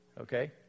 Okay